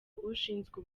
ushinzwe